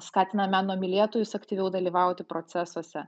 skatina meno mylėtojus aktyviau dalyvauti procesuose